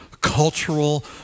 cultural